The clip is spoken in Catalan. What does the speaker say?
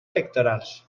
pectorals